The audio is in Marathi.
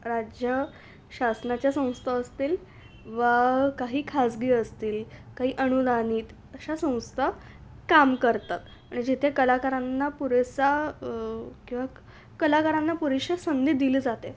राज्य शासनाच्या संस्था असतील वा काही खाजगी असतील काही अनुदानित अशा संस्था काम करतात आणि जिथे कलाकारांना पुरेसा किंवा कलाकारांना पुरेशा संधी दिली जाते